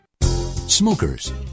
Smokers